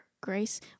grace